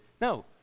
No